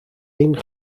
een